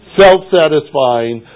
self-satisfying